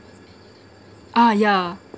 ah yeah